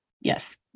Yes